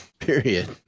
period